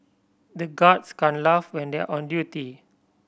the guards can't laugh when they are on duty